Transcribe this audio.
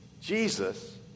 Jesus